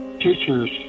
teacher's